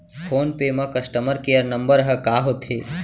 Phone पे म customer care number ह का होथे?